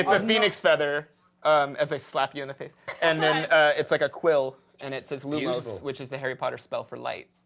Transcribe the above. a phoenix feather um as i slap you in the face and and it's like a quil and it says lu mos which is the harry potter spell for light.